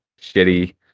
shitty